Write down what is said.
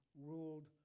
ruled